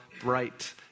bright